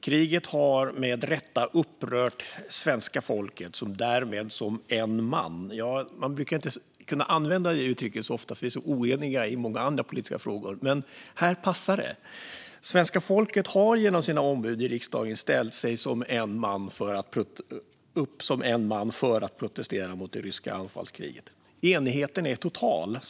Kriget har med rätta upprört svenska folket, som genom sina ombud i riksdagen rest sig som en man - det är inte ofta man kan använda det uttrycket eftersom vi är oeniga i så många andra politiska frågor, men här passar det - för att protestera mot det ryska anfallskriget. Enigheten är total.